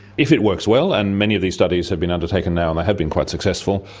if it works well, and many of these studies have been undertaken now and they have been quite successful,